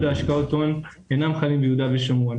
השקעות הון אינם חלים ביהודה ושומרון.